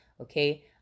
okay